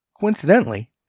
Coincidentally